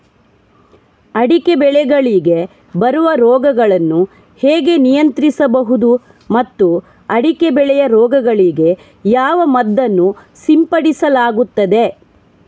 ಅಡಿಕೆ ಬೆಳೆಗಳಿಗೆ ಬರುವ ರೋಗಗಳನ್ನು ಹೇಗೆ ನಿಯಂತ್ರಿಸಬಹುದು ಮತ್ತು ಅಡಿಕೆ ಬೆಳೆಯ ರೋಗಗಳಿಗೆ ಯಾವ ಮದ್ದನ್ನು ಸಿಂಪಡಿಸಲಾಗುತ್ತದೆ?